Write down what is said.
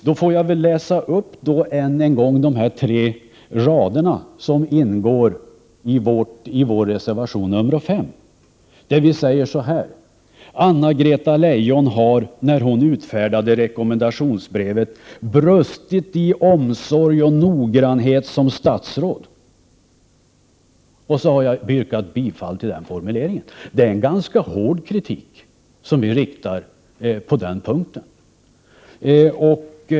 Då får jag väl än en gång läsa upp de tre rader som ingår i vår reservation nr 5, där vi uttalar följande: ”Anna-Greta Leijon har genom att underteckna ett sådant brev brustit i den omsorg och noggrannhet som ålegat henne som statsråd.” Jag har yrkat bifall till den formuleringen. Det är en ganska hård kritik som vi uttalar på den punkten.